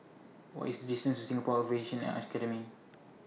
What IS The distance to Singapore Aviation